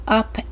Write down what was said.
up